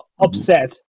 upset